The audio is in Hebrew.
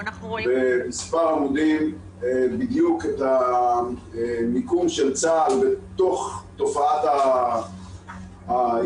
הוא תמצת במספר עמודים בדיוק את המיקום של צה"ל בתוך תופעת ההתאבדות.